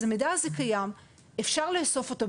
אז המידע הזה קיים ואפשר לאסוף אותו.